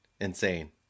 insane